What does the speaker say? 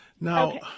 Now